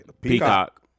Peacock